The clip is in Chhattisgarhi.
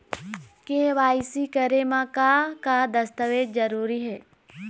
के.वाई.सी करे म का का दस्तावेज जरूरी हे?